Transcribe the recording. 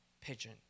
pigeon